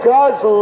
God's